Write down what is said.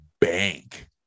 Bank